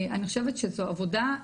אני חושבת שזו עבודה,